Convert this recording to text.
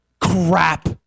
Crap